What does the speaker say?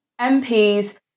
MPs